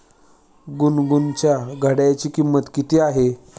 गुनगुनच्या घड्याळाची किंमत किती आहे?